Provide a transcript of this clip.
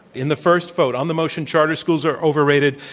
in the first vote on the motion, charter schools are overrated,